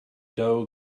doe